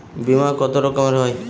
বিমা কত রকমের হয়?